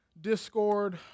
discord